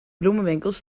bloemenwinkels